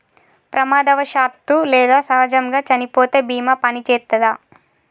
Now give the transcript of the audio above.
ప్రమాదవశాత్తు లేదా సహజముగా చనిపోతే బీమా పనిచేత్తదా?